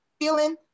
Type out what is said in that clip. feeling